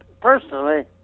personally